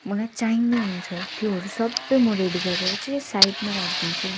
मलाई चाहिने हुन्छ त्योहरू सबै म रेडी गरेर चाहिँ साइडमा राखिदिन्छु